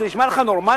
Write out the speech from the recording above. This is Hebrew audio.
זה נשמע לך נורמלי?